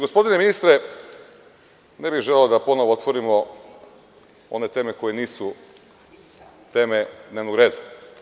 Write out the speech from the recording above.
Gospodine ministre, ne bih želeo da ponovo otvorimo one teme koje nisu teme dnevnog reda.